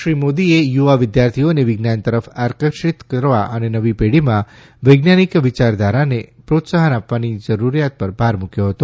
શ્રી મોદીએ યુવા વિદ્યાર્થીઓને વિજ્ઞાન તરફ આકર્ષિત કરવા અને નવી પેઢીમાં વૈજ્ઞાનિક વિચારધારાને પ્રોત્સાફન આપવાની જરૂરિયાત પર ભાર મૂક્યો હતો